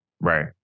Right